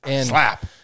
Slap